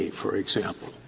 for example,